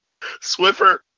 Swiffer